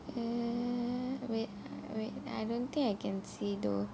err wait wait I don't think I can see though